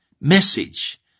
message